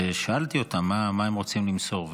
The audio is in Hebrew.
שאלתי אותם מה הם רוצים למסור?